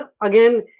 again